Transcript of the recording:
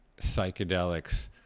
psychedelics